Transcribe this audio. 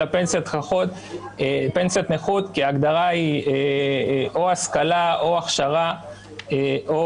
פנסיית נכות כי ההגדרה היא או השכלה או הכשרה או